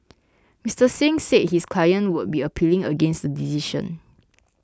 Mister Singh said his client would be appealing against the decision